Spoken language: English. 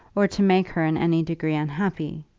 or to make her in any degree unhappy.